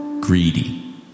greedy